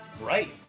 right